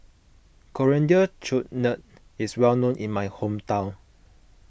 Coriander Chutney is well known in my hometown